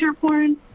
porn